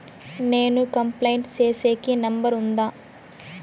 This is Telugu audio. నేను కంప్లైంట్ సేసేకి నెంబర్ ఉందా?